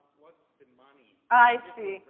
what is the money? i see.